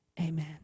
Amen